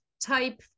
type